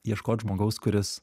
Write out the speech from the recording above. ieškot žmogaus kuris